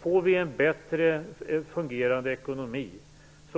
Får vi en bättre fungerande ekonomi